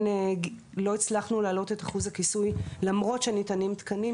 לא הצלחנו להעלות את אחוז הכיסוי למרות שניתנים תקנים,